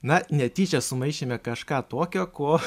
na netyčia sumaišėme kažką tokio ko